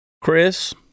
Chris